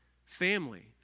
Family